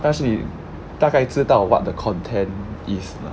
但是你大概知道 what the content is lah